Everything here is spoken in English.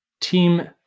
Team